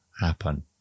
happen